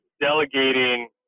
delegating